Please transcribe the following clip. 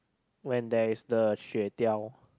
when there is the 雪条